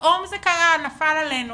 פתאום זה קרה, נפל עלינו'.